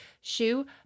shoe